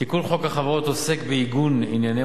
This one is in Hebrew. תיקון חוק החברות עוסק בעיגון עניינים